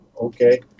Okay